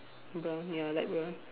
brown ya light brown